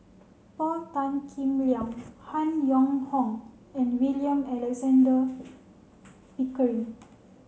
Paul Tan Kim Liang Han Yong Hong and William Alexander Pickering